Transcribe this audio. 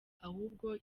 ahubwo